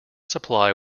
supply